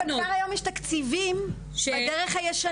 אבל כבר היום יש תקציבים בדרך הישנה.